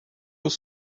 haut